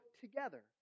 together